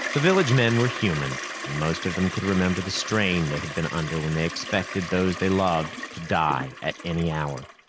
the village men were human, and most of them could remember the strain they had been under when they expected those they loved to die at any hour.